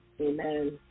Amen